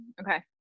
Okay